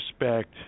respect